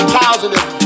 positive